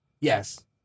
Yes